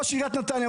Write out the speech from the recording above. ראש עיריית נתניה,